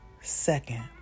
second